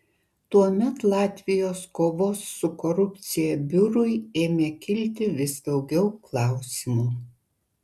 tuomet latvijos kovos su korupcija biurui ėmė kilti vis daugiau klausimų